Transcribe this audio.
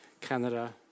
Canada